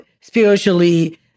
spiritually